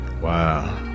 Wow